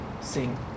sing